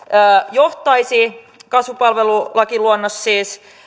johtaisi kasvupalvelulakiluonnos siis